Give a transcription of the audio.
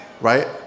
Right